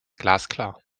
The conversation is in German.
glasklar